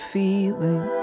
feeling